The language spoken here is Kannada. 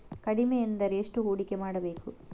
ಕಡಿಮೆ ಎಂದರೆ ಎಷ್ಟು ಹೂಡಿಕೆ ಮಾಡಬೇಕು?